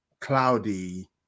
cloudy